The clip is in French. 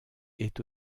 est